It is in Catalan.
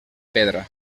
pedra